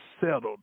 settled